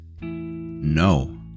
No